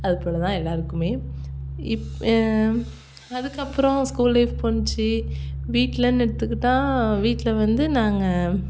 அதுபோல் தான் எல்லாருக்குமே இப் அதுக்கப்புறம் ஸ்கூல் லைஃப் போனுச்சு வீட்டிலன்னு எடுத்துக்கிட்டால் வீட்டில வந்து நாங்கள்